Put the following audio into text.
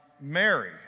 Mary